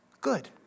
good